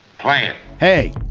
play it! hey,